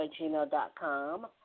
gmail.com